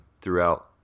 throughout